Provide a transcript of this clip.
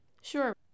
Sure